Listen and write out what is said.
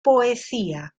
poesía